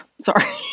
sorry